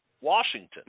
Washington